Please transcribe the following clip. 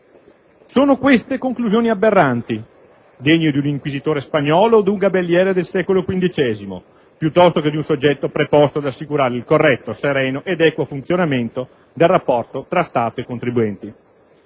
Sono, queste, conclusioni aberranti, degne di un inquisitore spagnolo o di un gabelliere del secolo quindicesimo, piuttosto che di un soggetto preposto ad assicurare il corretto, sereno ed equo funzionamento del rapporto tra Stato e contribuenti.